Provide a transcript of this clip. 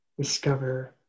discover